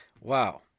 Wow